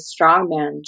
strongman